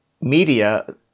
media